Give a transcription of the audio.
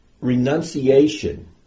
renunciation